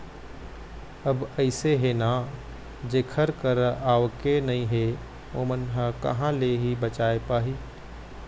अब अइसे हे ना जेखर करा आवके नइ हे ओमन ह कहाँ ले ही बचाय पाही